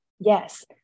Yes